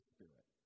Spirit